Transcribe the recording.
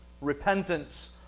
Repentance